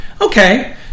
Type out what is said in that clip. Okay